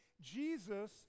Jesus